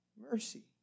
mercy